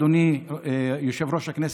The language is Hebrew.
אדוני יושב-ראש הכנסת,